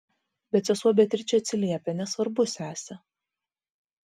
bet sesuo beatričė atsiliepia nesvarbu sese